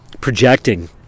projecting